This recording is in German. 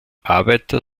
arbeiter